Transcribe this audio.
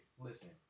listen